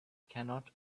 cannot